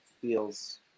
feels